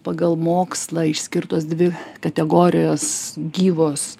pagal mokslą išskirtos dvi kategorijos gyvos